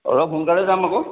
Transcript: অলপ সোনকালে যাম আকৌ